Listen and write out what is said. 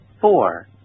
Four